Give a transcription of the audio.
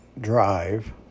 Drive